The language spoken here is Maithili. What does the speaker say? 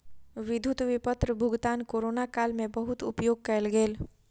विद्युत विपत्र भुगतान कोरोना काल में बहुत उपयोग कयल गेल